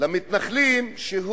למתנחלים שהוא